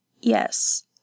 Yes